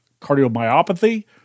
cardiomyopathy